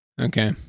Okay